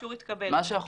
אישור התקבל.